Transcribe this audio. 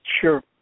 Sure